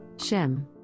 Shem